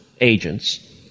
agents